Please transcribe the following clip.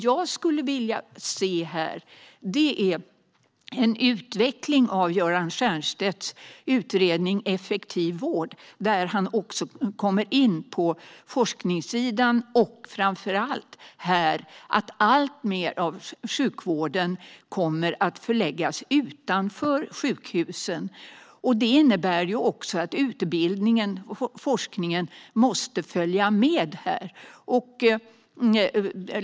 Jag skulle vilja se en utveckling av Göran Stiernstedts utredning om effektiv vård där han tar upp forskningssidan och framför allt att alltmer av sjukvården kommer att förläggas utanför sjukhusen. Det innebär att utbildningen och forskningen måste följa med.